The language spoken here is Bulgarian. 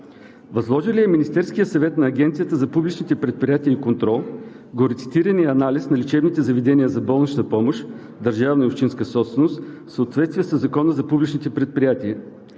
възложил ли е Министерският съвет на Агенцията за публичните предприятия и контрол горецитирания анализ на лечебните заведения за болнична помощ, държавна и общинска собственост, в съответствие със Закона за публичните предприятия?